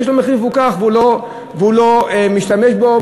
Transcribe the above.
יש לו מחיר מפוקח והוא לא משתמש בו,